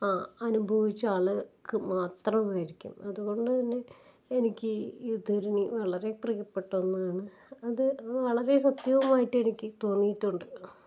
അനുഭവിച്ച ആൾക്ക് മാത്രമായിരിക്കും അതുകൊണ്ട് തന്നെ എനിക്ക് ഈ ഉദ്ധാരണീ വളരെ പ്രിയപ്പെട്ടതാണ് അത് വളരെ സത്യവുമായിട്ടെനിക്ക് തോന്നിയിട്ടുണ്ട്